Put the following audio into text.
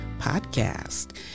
podcast